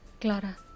Clara